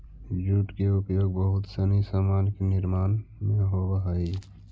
jute के उपयोग बहुत सनी सामान के निर्माण में होवऽ हई